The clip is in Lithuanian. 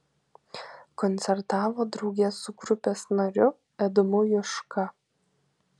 koncertavo drauge su grupės nariu edmu juška